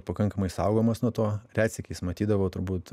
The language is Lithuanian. pakankamai saugomas nuo to retsykiais matydavau turbūt